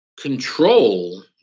Control